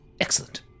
Excellent